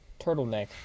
turtleneck